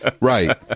Right